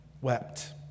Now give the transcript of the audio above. wept